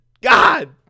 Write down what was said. God